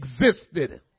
existed